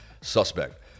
Suspect